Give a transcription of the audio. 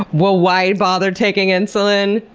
well, why bother taking insulin?